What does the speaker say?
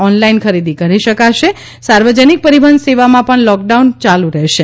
online ખરીદી કરી શકાશે સાર્વજનિક પરિવહન સેવામાં પણ લૉકડાઉનમાં ચાલુ રહેશે